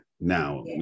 Now